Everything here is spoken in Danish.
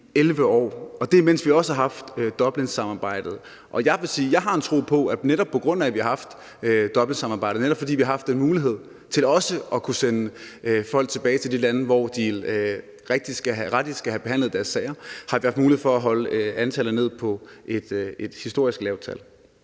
11 år, og det er altså også, mens vi har haft Dublinsamarbejdet. Jeg vil sige, at jeg har en tro på, at netop på grund af at vi har haft Dublinsamarbejdet, der giver mulighed for at sende folk tilbage til de lande, hvor de rettelig skal have behandlet deres sager, har vi også haft mulighed for at holde antallet nede på et historisk lavt tal.